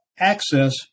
access